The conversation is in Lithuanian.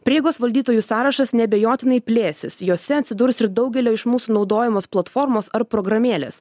prieigos valdytojų sąrašas neabejotinai plėsis jose atsidurs ir daugelio iš mūsų naudojamos platformos ar programėlės